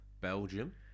Belgium